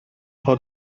for